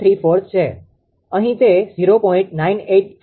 98735 છે અહીં તે 0